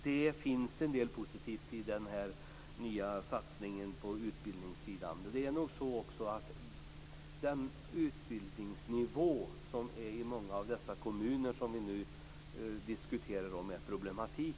Det finns en del positivt i den nya satsningen på utbildningssidan, men det är nog också så att den utbildningsnivå som finns i många av de kommuner som vi nu diskuterar är själva problemet.